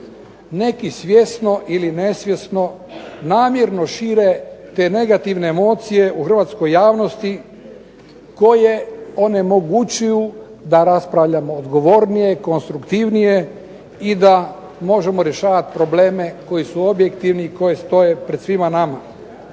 Neke svjesno ili nesvjesno namjerno šire te negativne emocije u hrvatskoj javnosti koje onemogućuju da raspravljamo odgovornije, konstruktivnije i da možemo rješavati probleme koji su objektivni i koji stoje pred svima nama.